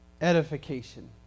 edification